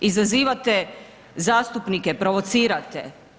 Izazivate zastupnike, provocirate.